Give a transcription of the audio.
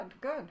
good